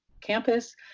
campus